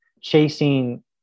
chasing